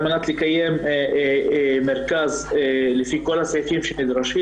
על מנת לקיים מרכז לפי כל הסעיפים שנדרשים,